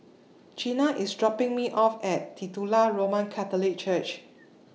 Jeana IS dropping Me off At Titular Roman Catholic Church